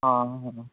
ହଁ ହଁ